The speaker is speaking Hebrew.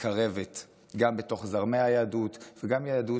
מקרבת בתוך זרמי היהדות וגם על יהדות